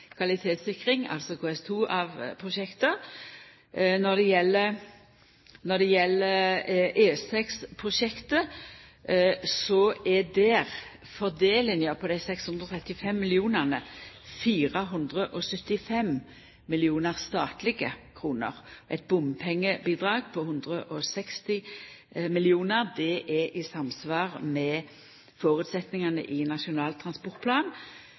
kvalitetssikring – altså KS2 – av prosjekta. Når det gjeld E6-prosjektet, er fordelinga av dei 635 mill. kr 475 mill. statlege kroner og eit bompengebidrag på 160 mill. kr. Det er i samsvar med føresetnadene i Nasjonal transportplan.